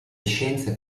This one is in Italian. scienze